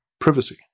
privacy